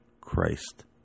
Christ